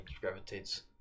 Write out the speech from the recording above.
gravitates